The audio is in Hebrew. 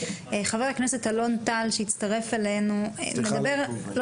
חבר הכנסת אלון טל מדבר על